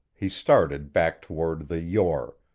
he started back toward the yore,